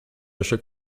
chaque